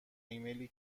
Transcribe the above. ایمیلی